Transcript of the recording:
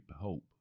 hope